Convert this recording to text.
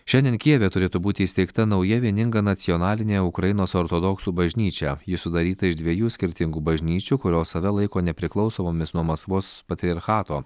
šiandien kijeve turėtų būti įsteigta nauja vieninga nacionalinė ukrainos ortodoksų bažnyčia ji sudaryta iš dviejų skirtingų bažnyčių kurios save laiko nepriklausomomis nuo maskvos patriarchato